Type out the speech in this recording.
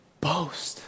boast